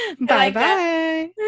Bye-bye